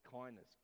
kindness